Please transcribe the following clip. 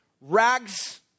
rags